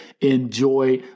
enjoy